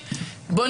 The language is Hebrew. קרן, זאת הכוונה.